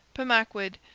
pemaquid,